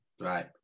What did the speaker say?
Right